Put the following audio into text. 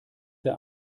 der